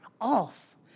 off